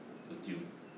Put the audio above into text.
的丢